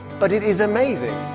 but it is amazing